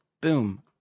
boom